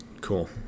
Cool